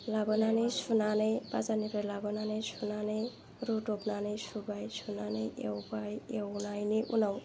लाबोनानै सुनानै बाजारनिफ्राय लाबोनानै सुनानै रुद'बनानै सुबाय सुनानै एवबाय एवनायनि उनाव